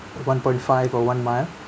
at one point five or one mile